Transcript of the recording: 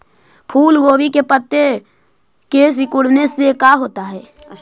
फूल गोभी के पत्ते के सिकुड़ने से का होता है?